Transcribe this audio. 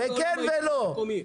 גם בעולם הייצור המקומי.